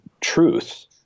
truth